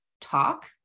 talk